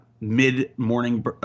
Mid-morning